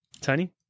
Tony